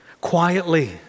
quietly